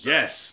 Yes